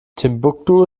timbuktu